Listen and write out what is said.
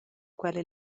quella